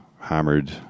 hammered